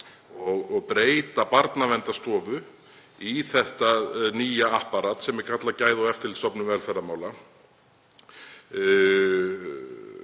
og breyta Barnaverndarstofu í þetta nýja apparat sem er kallað Gæða- og eftirlitsstofnun velferðarmála